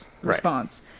response